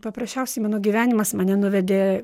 paprasčiausiai mano gyvenimas mane nuvedė